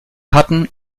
hatten